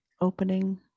opening